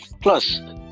plus